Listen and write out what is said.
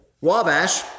Wabash